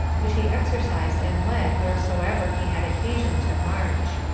which he exercised and led wheresoever he had occasion to march.